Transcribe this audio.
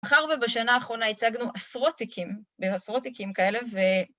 מחר ובשנה האחרונה הצגנו עשרות תיקים, בעשרות תיקים כאלה, ו...